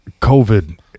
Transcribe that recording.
COVID